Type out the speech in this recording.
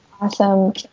awesome